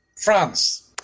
France